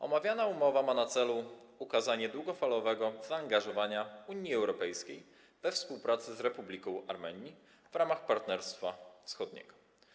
Omawiana umowa ma na celu ukazanie długofalowego zaangażowania Unii Europejskiej we współpracę z Republiką Armenii w ramach Partnerstwa Wschodniego.